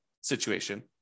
situation